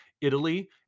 Italy